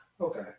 Okay